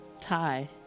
tie